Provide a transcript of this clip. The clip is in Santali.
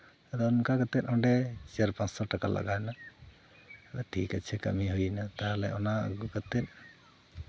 ᱟᱫᱚ ᱚᱱᱠᱟ ᱠᱟᱛᱮ ᱚᱸᱰᱮ ᱪᱟᱹᱨ ᱯᱟᱸᱪ ᱥᱳ ᱴᱟᱠᱟ ᱞᱟᱜᱟᱣᱮᱱᱟ ᱛᱚ ᱴᱷᱤᱠ ᱟᱪᱷᱮ ᱠᱟᱹᱢᱤ ᱦᱩᱭᱱᱟ ᱛᱟᱦᱚᱞᱮ ᱚᱱᱟ ᱟᱹᱜᱩ ᱠᱟᱛᱮ